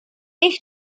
ich